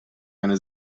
eine